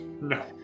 No